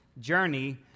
journey